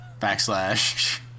backslash